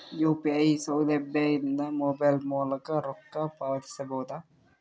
UPI ಸೌಲಭ್ಯ ಇಂದ mobile ಮೂಲಕ ರೊಕ್ಕ ಪಾವತಿಸ ಬಹುದಾ?